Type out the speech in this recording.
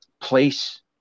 place